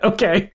Okay